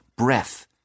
breath